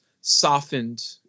softened